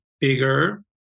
bigger